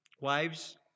wives